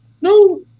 No